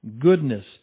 goodness